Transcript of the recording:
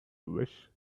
wish